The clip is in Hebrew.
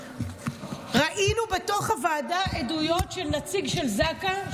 ראינו בתוך הוועדה עדויות של נציג של זק"א,